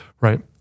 right